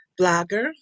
blogger